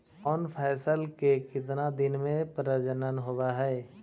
कौन फैसल के कितना दिन मे परजनन होब हय?